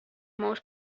most